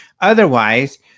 otherwise